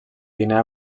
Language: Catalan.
guinea